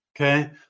okay